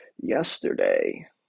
yesterday